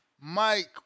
Mike